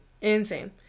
Insane